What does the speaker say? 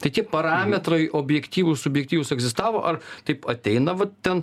tai tie parametrai objektyvūs subjektyvūs egzistavo ar taip ateina va ten